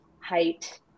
height